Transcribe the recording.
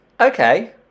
Okay